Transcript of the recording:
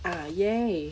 ah !yay!